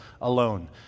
alone